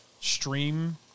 stream